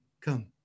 come